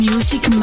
Music